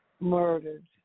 murdered